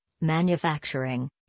manufacturing